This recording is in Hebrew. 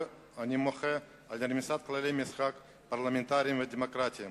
אני מוחה על רמיסת כללי משחק פרלמנטריים ודמוקרטיים